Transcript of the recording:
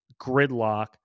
gridlock